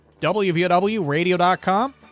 www.radio.com